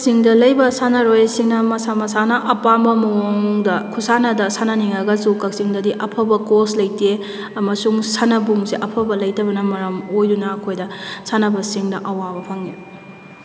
ꯆꯤꯡꯗ ꯂꯩꯕ ꯁꯥꯟꯅꯔꯣꯏꯁꯤꯡꯅ ꯃꯁꯥ ꯃꯁꯥꯅ ꯑꯄꯥꯝꯕ ꯃꯑꯣꯡꯗ ꯈꯨꯁꯥꯟꯅꯗ ꯁꯥꯟꯅꯅꯤꯡꯂꯒꯁꯨ ꯀꯛꯆꯤꯡꯗꯗꯤ ꯑꯐꯕ ꯀꯣꯁ ꯂꯩꯇꯦ ꯑꯃꯁꯨꯡ ꯁꯥꯟꯅꯕꯨꯡꯁꯦ ꯑꯐꯕ ꯂꯩꯇꯕꯅ ꯃꯔꯝ ꯑꯣꯏꯗꯨꯅ ꯑꯩꯈꯣꯏꯗ ꯁꯥꯟꯅꯕꯁꯤꯡꯗ ꯑꯋꯥꯕ ꯐꯪꯏ